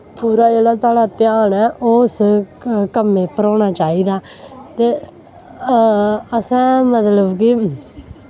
पूरा जेह्ड़ा साढ़ा ध्यान ऐ ओह् उस क कम्मे पर होना चाहिदा ते असें मतलब कि